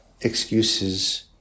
excuses